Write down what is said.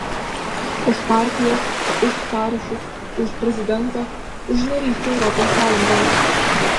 už partijas už sąrašus už prezidentą už narystę europos sąjungoje